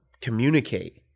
communicate